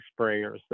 sprayers